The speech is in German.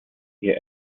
hier